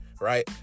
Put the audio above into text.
Right